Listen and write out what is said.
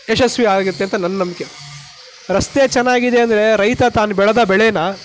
ಯಶಸ್ವಿಯಾಗುತ್ತೆ ಅಂತ ನನ್ನ ನಂಬಿಕೆ ರಸ್ತೆ ಚೆನ್ನಾಗಿದೆ ಅಂದರೆ ರೈತ ತಾನು ಬೆಳೆದ ಬೆಳೇನ